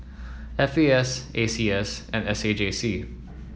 F A S A C S and S A J C